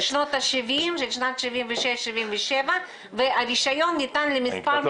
לפי ההסכמים של שנת 76' 77' והרישיון ניתן למספר מיטות אחר.